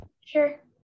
Sure